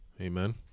Amen